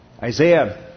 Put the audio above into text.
Isaiah